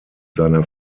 seiner